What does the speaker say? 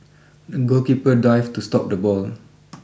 the goalkeeper dived to stop the ball